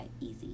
easy